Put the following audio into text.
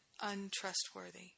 untrustworthy